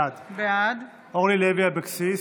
בעד אורלי לוי אבקסיס,